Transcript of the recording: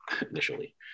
initially